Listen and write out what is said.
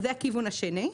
זה הכיוון השני.